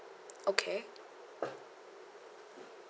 okay